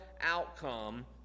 outcome